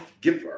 giver